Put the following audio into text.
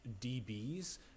dbs